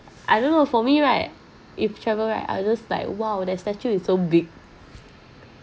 I don't know for me right if travel right other's like !wow! that statue is so big